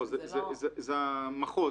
זה המחוז.